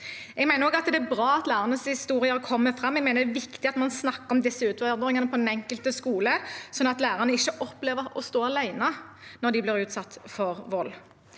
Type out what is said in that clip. Jeg mener det er bra at lærernes historier kommer fram. Jeg mener det er viktig at man snakker om disse utfordringene på den enkelte skole, sånn at lærerne ikke opplever å stå alene når de blir utsatt for vold.